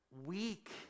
weak